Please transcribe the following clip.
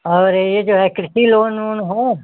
और यह जो है कृषि लोन वोन हो